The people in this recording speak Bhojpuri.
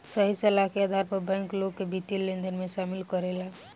सही सलाह के आधार पर बैंक, लोग के वित्तीय लेनदेन में शामिल करेला